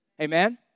Amen